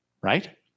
Right